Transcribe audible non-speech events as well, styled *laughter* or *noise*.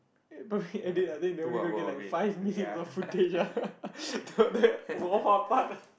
eh but edit I think they only gonna get like five minutes of footage ah *laughs* the the warm up part